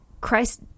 Christ